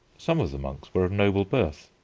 some of the monks were of noble birth.